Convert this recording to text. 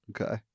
Okay